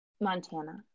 montana